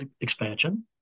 expansion